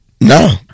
No